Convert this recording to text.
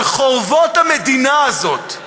על חורבות המדינה הזאת,